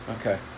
Okay